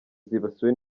zibasiwe